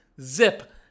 Zip